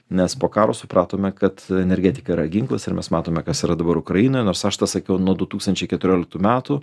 nes po karo supratome kad energetika yra ginklas ir mes matome kas yra dabar ukrainoje nors aš tą sakiau nuo du tūkstančiai keturioliktų metų